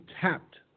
tapped